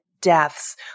deaths